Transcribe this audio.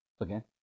Again